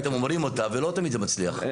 אתם אומרים אותה ולא תמיד זה מצליח.